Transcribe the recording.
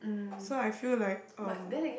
so I feel like um